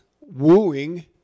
wooing